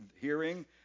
hearing